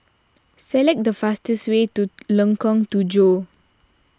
select the fastest way to Lengkok Tujoh